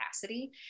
capacity